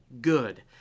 good